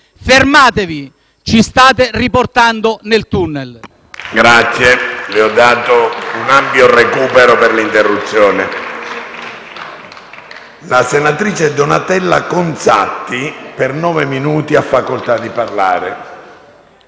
Fermatevi: ci state riportando nel *tunnel*.